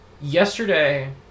yesterday